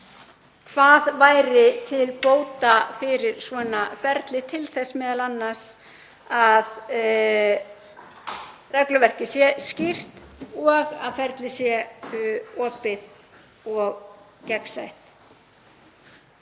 hvað væri til bóta fyrir svona ferli, m.a. til þess að regluverkið sé skýrt og að ferlið sé opið og gegnsætt.